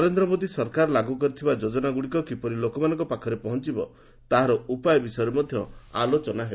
ନରେନ୍ଦ୍ର ମୋଦି ସରକାର ଲାଗୁ କରିଥିବା ଯୋଜନାଗୁଡ଼ିକ କିପରି ଲୋକମାନଙ୍କ ପାଖରେ ପହଞ୍ଚବ ତାହାର ଉପାୟ ବିଷୟରେ ମଧ୍ୟ ଆଲୋଚନା ହେବ